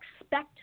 expect